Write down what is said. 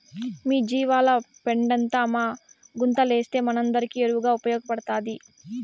మీ జీవాల పెండంతా మా గుంతలేస్తే మనందరికీ ఎరువుగా ఉపయోగపడతాది